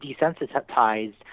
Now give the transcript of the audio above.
desensitized